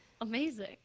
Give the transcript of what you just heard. Amazing